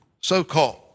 so-called